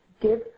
give